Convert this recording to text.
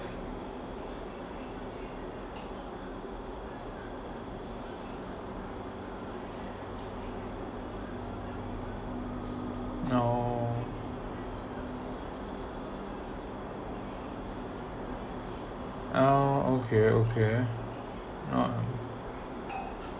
oh oh okay okay oh